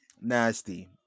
nasty